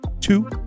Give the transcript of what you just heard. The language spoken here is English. Two